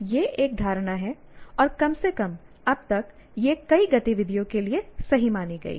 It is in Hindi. यह एक धारणा है और कम से कम अब तक यह कई गतिविधियों के लिए सही मानी है